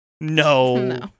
No